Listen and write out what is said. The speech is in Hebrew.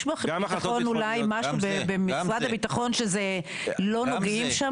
יש במשרד הביטחון משהו שלא נוגעים שם?